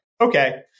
okay